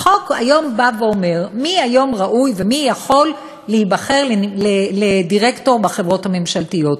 החוק היום אומר מי ראוי ומי יכול להיבחר לדירקטור בחברות הממשלתיות.